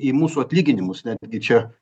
į mūsų atlyginimus netgi čia